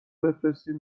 بفرستین